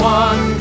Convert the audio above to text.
one